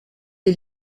est